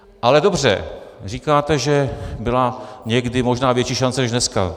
Ale dobře, říkáte, že byla někdy možná větší šance než dneska.